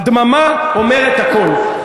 הדממה אומרת הכול.